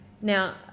now